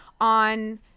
on